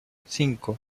cinco